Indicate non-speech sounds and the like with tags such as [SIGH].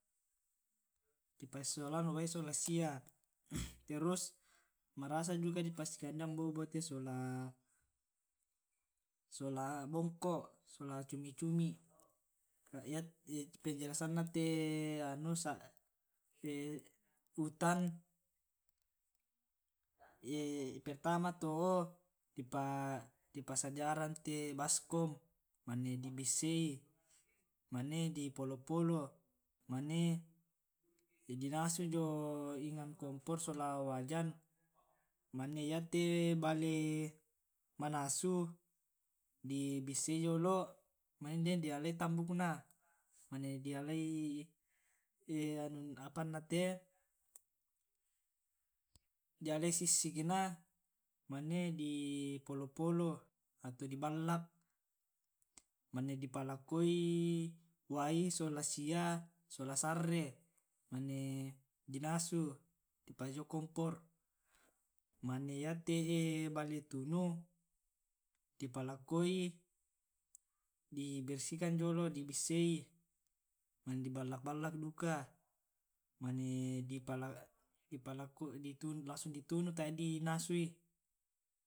di pasisolan wae sola sia terus marasa juga di pasikandean bo'bo' te sola bongko sola cumi cumi, [HESITATION] penjelasanna te anu [HESITATION] utang [HESITATION] pertama to o di pasadiran baskom mane di bissai mane di polo polo mane dinasu jio enang kompor sola wajan, mane yate bale manasu dibissei jolo mane dialai tambukna mane dialai anunna apanna te di alai sissik na mane di polo polo atau di ballak mane di palakoi wai sola sia sola sarre mane di nasu di pajio kompor mane yate e bale tunu di palakoi di bersihkan jolo' di bissei mane di ballak ballak duka mana di [HESITATION] di tunu tae di nasui. [HESITATION]